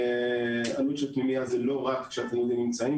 ועלות של פנימייה זה לא רק כשהתלמידים נמצאים,